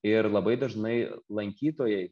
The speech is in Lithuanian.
ir labai dažnai lankytojai